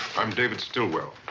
i'm david stillwell.